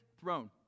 throne